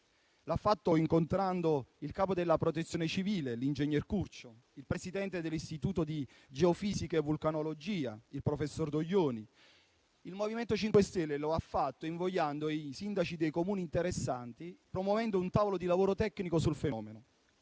ad esempio con il capo della protezione civile, l'ingegner Curcio, e il presidente dell'Istituto di geofisica e vulcanologia, il professor Doglioni. Il MoVimento 5 Stelle lo ha fatto invogliando i sindaci dei Comuni interessati e promuovendo un tavolo di lavoro tecnico sul fenomeno.